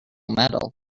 metal